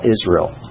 Israel